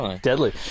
Deadly